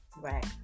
Right